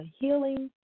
healing